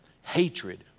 hatred